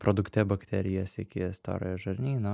produkte bakterijas iki storojo žarnyno